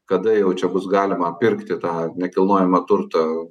kada jau čia bus galima pirkti tą nekilnojamą turtą